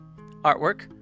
artwork